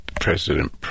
President